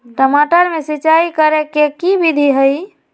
टमाटर में सिचाई करे के की विधि हई?